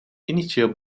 initieel